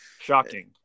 shocking